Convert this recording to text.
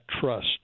trust